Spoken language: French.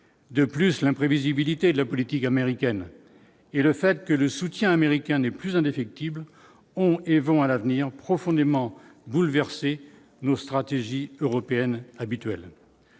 de plus, l'imprévisibilité de la politique américaine et le fait que le soutien américain n'est plus indéfectible ont et vont à l'avenir, profondément bouleversé nos stratégies européennes habituel.